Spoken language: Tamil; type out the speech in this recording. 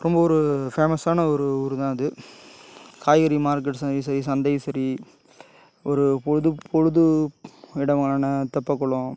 ரொம்ப ஒரு ஃபேமஷான ஒரு ஊரு தான் இது காய்கறி மார்க்கெட்டும் சரி சந்தையும் சரி ஒரு பொழுதுப் பொழுது இடமான தெப்பக்குளம்